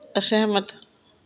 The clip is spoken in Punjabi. ਅਸਹਿਮਤ